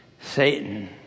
Satan